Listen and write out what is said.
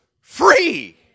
free